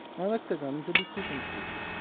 now an octagon is a bit too complicated.